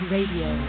Radio